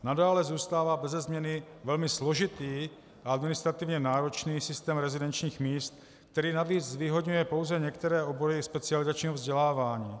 Nadále zůstává beze změny velmi složitý a administrativně náročný systém rezidenčních míst, který navíc zvýhodňuje pouze některé obory specializačního vzdělávání.